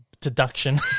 deduction